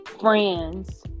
friends